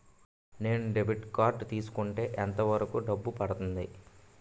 నేను debit card తీసుకుంటే ఎంత వరకు డబ్బు పడుతుంది?